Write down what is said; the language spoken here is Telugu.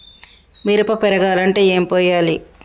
మిరప పెరగాలంటే ఏం పోయాలి?